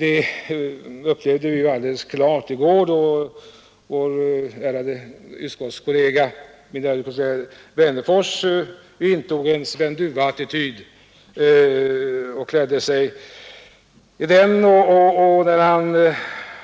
Det upplevde vi alldeles klart i går, då vår ärade utskottskollega herr Wennerfors iklädde sig en Sven Duva-attityd och